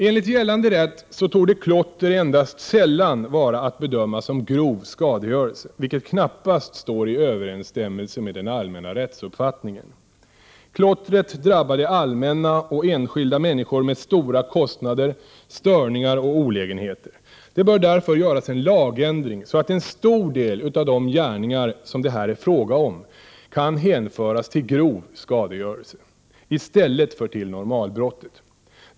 Enligt gällande rätt torde klotter endast sällan vara att bedöma som grov skadegörelse, vilket knappast står i överensstämmelse med den allmänna rättsuppfattningen. Klottret drabbar det allmänna och enskilda människor med stora kostnader, störningar och olägenheter. Det bör därför göras en lagändring så att en stor del av de gärningar som det här är fråga om kan hänföras till grov skadegörelse i stället för till normalbrottet.